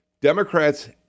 Democrats